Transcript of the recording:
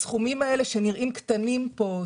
הסכומים האלה שנראים קטנים פה,